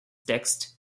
text